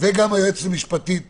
וגם היועצת המשפטית